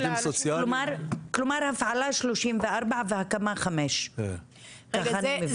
כלומר הפעלה 34 והקמה 5. כך אני מבינה.